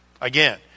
Again